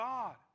God